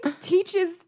teaches